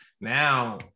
Now